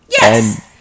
Yes